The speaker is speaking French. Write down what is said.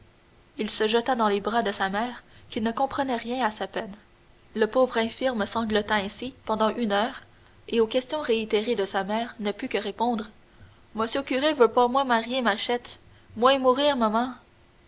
il se jeta dans les bras de sa mère qui ne comprenait rien à sa peine le pauvre infirme sanglota ainsi pendant une heure et aux questions réitérées de sa mère ne put que répondre mosieur curé veut pas moi marier maïchette moi mourir maman